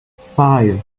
five